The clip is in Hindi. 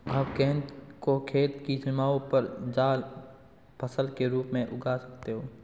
आप गेंदा को खेत की सीमाओं पर जाल फसल के रूप में उगा सकते हैं